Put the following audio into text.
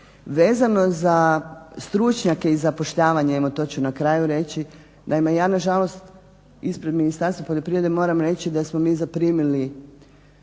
Vezano za stručnjake i zapošljavanje, evo to ću na kraju reći. Naime, ja na žalost ispred Ministarstva poljoprivrede moram reći da smo mi zaprimili